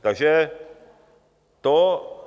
Takže to...